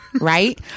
right